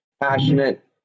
passionate